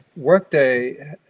Workday